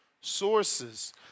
sources